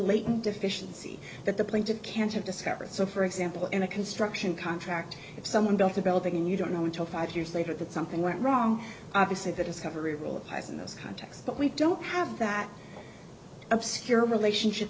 latent deficiency that the plaintiff can't have discovered so for example in a construction contract if someone built a building you don't know we took five years later that something went wrong obviously the discovery rule applies in this context but we don't have that obscure relationship